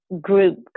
group